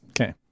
Okay